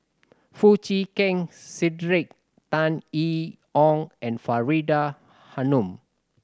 Foo Chee Keng Cedric Tan Yee Hong and Faridah Hanum